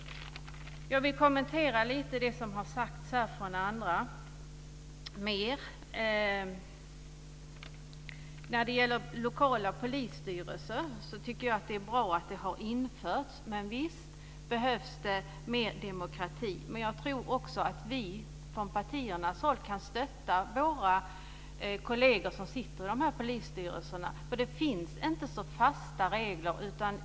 Jag vill lite mer kommentera det som har sagts från andra. Jag tycker att det är bra att lokala polisstyrelser har införts. Men visst behövs det mer demokrati. Men jag tror att vi från partierna kan stötta våra kolleger som sitter i polisstyrelserna. Det finns inte så fasta regler.